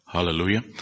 hallelujah